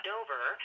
Dover